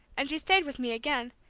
and she stayed with me again,